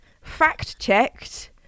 fact-checked